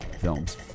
films